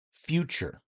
future